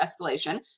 escalation